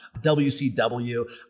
WCW